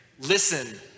listen